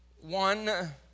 one